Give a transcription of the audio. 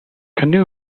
canoe